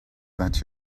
that